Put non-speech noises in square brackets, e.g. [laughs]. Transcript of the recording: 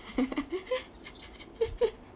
[laughs]